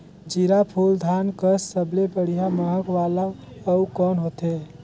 जीराफुल धान कस सबले बढ़िया महक वाला अउ कोन होथै?